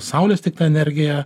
saulės tiktai energiją